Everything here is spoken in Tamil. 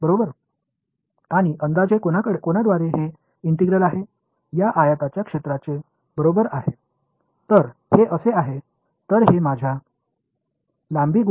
எல்லோரும் இதை முன்பே பார்த்து இருப்பீர்கள் இது போல கிடைப்பது எளிது